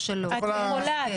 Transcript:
מי נמנע?